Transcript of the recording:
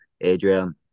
Adrian